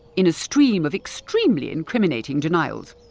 in a stream of extremely incriminating denials.